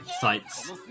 sites